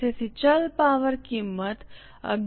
તેથી ચલ પાવર કિંમત 1103